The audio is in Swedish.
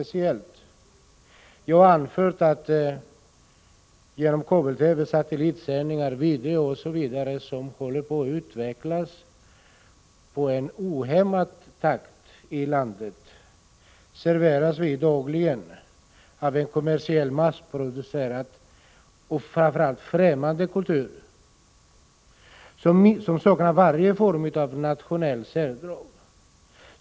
Jag har anfört att genom kabel-TV, satellitsändningar, video osv., som håller på att utvecklas i en ohämmad takt i landet, serveras vi dagligen en kommersiellt massproducerad och framför allt ffämmande kultur som saknar varje form av nationellt särdrag.